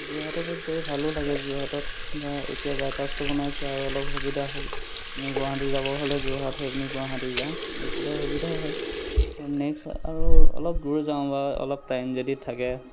যোৰহাটলৈ গৈ ভালো লাগে যোৰহাটত ধৰা এতিয়া বাইপাছটো বনাইছে আৰু অলপ সুবিধা হ'ল আমি গুৱাহাটী যাব হ'লে যোৰহাট হৈ পিনি গুৱাহাটী যাওঁ এই চাইদেও সুবিধা হয় আৰু নেক্সট আৰু অলপ দূৰ যাওঁ বা অলপ টাইম যদি থাকে